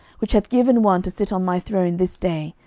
which hath given one to sit on my throne this day,